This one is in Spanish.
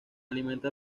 alimenta